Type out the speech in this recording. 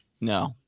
no